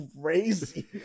crazy